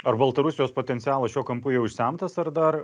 ar baltarusijos potencialas šiuo kampu jau išsemtas ar dar